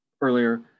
earlier